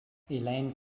elaine